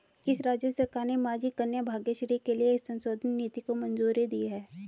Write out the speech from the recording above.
किस राज्य सरकार ने माझी कन्या भाग्यश्री के लिए एक संशोधित नीति को मंजूरी दी है?